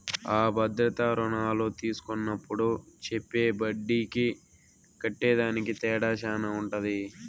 అ భద్రతా రుణాలు తీస్కున్నప్పుడు చెప్పే ఒడ్డీకి కట్టేదానికి తేడా శాన ఉంటది